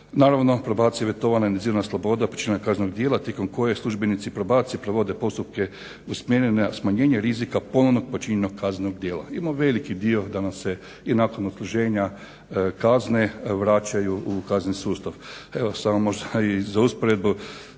zbog prebrzog čitanja./ počinjenja kaznenog djela tijekom kojeg službenici probacije provode postupke usmjere na smanjenje rizika ponovnog počinjenog kaznenog djela. Ima veliki dio da nam se i nakon odsluženja kazne vraćaj u kazneni sustav. Evo samo možda i za usporedbu